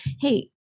hey